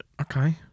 Okay